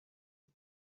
its